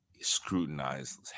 scrutinized